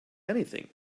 anything